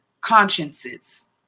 consciences